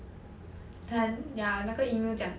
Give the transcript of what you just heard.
then ya 那个 email 讲